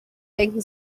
denken